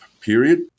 period